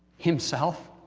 himself.